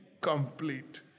complete